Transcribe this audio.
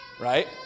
right